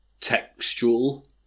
textual